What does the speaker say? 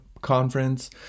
conference